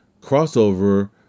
crossover